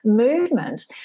Movement